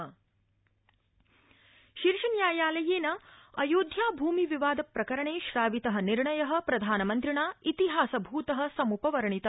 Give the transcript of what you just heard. प्रधानमन्त्री अयोध्या शीर्ष न्यायालयेन अयोध्या भूमि विवाद प्रकरणे श्रावित निर्णय प्रधानमन्त्रिणा इतिहासभूत सम्पवर्णित